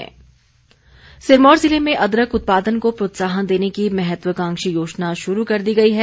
अदरक सिरमौर ज़िले में अदरक उत्पादन को प्रोत्साहन देने की महत्वाकांक्षी योजना शुरू कर दी गई है